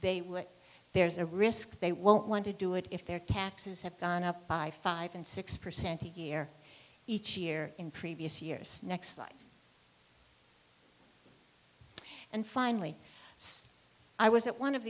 would there's a risk they won't want to do it if their taxes have gone up by five and six percent a year each year in previous years next life and finally i was at one of